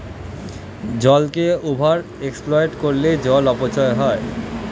জলকে over exploit করলে জল অপচয় হয়